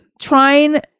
Trying